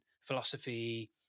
philosophy